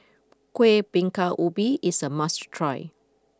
Kueh Bingka Ubi is a must try